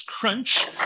crunch